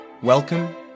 Welcome